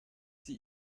sie